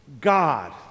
God